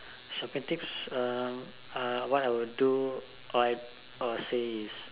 shopping tips um uh what I will do or I or say is